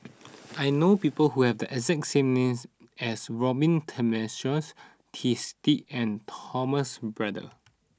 I know people who have the exact name as Robin Tessensohn Twisstii and Thomas Braddell